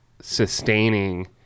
sustaining